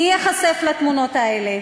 מי ייחשף לתמונות האלה,